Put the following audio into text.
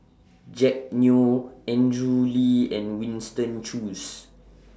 Jack Neo Andrew Lee and Winston Choos